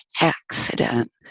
accident